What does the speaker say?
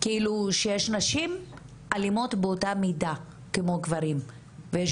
כאילו שיש נשים אלימות באותה מידה כמו גברים ויש